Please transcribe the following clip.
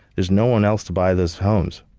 there's no one else to buy those homes.